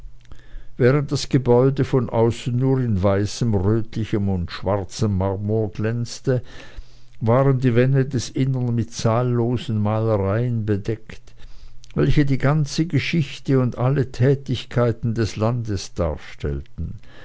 während das gebäude von außen nur in weißem rötlichem und schwarzem marmor glänzte waren die wände des innern mit zahllosen malereien bedeckt welche die ganze geschichte und alle tätigkeiten des landes darstellten